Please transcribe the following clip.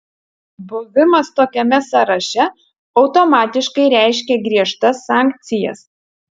buvimas tokiame sąraše automatiškai reiškia griežtas sankcijas